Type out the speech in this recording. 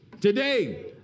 today